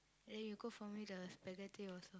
then you cook for me the spaghetti also